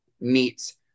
meets